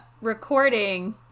recording